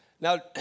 Now